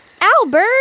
Albert